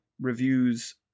reviews